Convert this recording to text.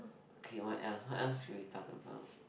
okay what else what else should we talk about